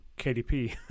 kdp